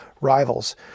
rivals